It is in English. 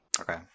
Okay